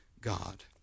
God